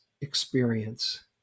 Experience